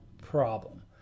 problem